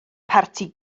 parti